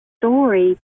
story